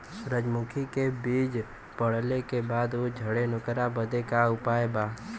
सुरजमुखी मे बीज पड़ले के बाद ऊ झंडेन ओकरा बदे का उपाय बा?